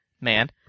Man